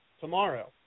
tomorrow